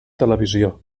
televisió